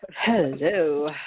Hello